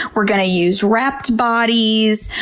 we're going to use wrapped bodies.